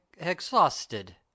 exhausted